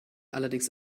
allerdings